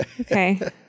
Okay